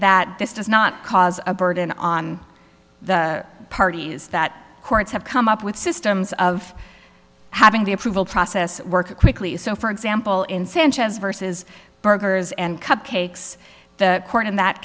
that this does not cause a burden on the parties that courts have come up with systems of having the approval process work quickly so for example in sanchez versus burgers and cupcakes the court in that